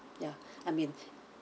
ya I mean